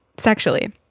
sexually